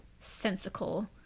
sensical